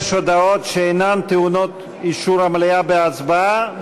הודעות שאינן טעונות אישור המליאה בהצבעה,